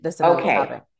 okay